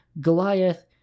Goliath